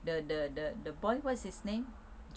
the the the the boy what's his name